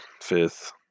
fifth